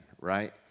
right